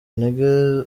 ntege